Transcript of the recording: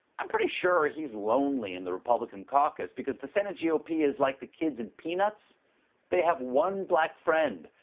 i'm pretty sure he's lonely in the republican caucus. the senate g o p. is like the kids in peanuts they have one black friend,